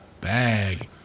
bag